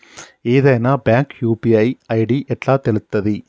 ఏదైనా bank UPI ID ఎట్లా తెలుత్తది?